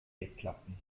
wegklappen